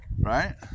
right